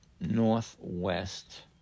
Northwest